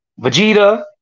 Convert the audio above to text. Vegeta